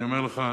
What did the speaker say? ואני אומר לך,